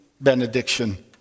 benediction